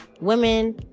women